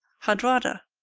hardrada?